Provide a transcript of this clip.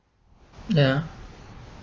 ya